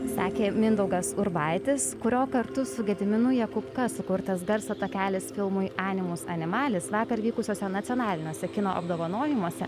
sakė mindaugas urbaitis kurio kartu su gediminu jakubka sukurtas garso takelis filmui animus animalis vakar vykusiuose nacionaliniuose kino apdovanojimuose